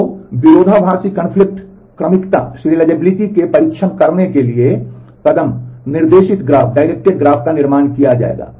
तो विरोधाभासी क्रमिकता के लिए परीक्षण करने के लिए कदम निर्देशित ग्राफ का निर्माण किया जाएगा